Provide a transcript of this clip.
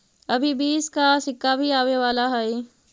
अभी बीस का सिक्का भी आवे वाला हई